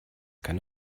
keine